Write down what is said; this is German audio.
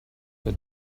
der